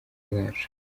zacu